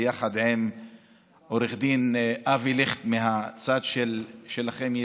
ביחד עם עו"ד אבי ליכט מהצד שלכם,